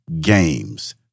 games